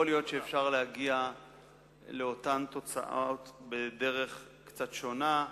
יכול להיות שאפשר להגיע לאותן תוצאות בדרך קצת שונה.